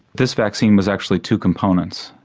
this vaccine was actually two components.